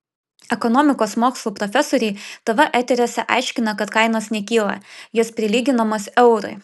ekonomikos mokslų profesoriai tv eteriuose aiškina kad kainos nekyla jos prilyginamos eurui